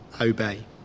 obey